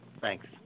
Thanks